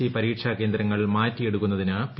C പരീക്ഷാ കേന്ദ്രങ്ങൾ മാറ്റി എടുക്കു്ന്നതിന് പി